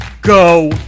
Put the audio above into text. go